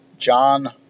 John